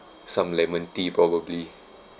some lemon tea probably